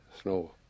snow